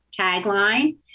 tagline